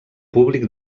públic